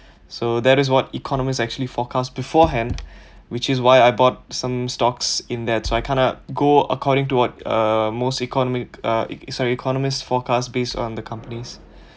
so that is what economist actually forecast beforehand which is why I bought some stocks in that so I kind of go according to what uh most economic uh sorry economists forecast based on the companies